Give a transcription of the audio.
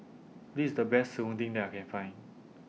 This IS The Best Serunding that I Can Find